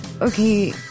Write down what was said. okay